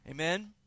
Amen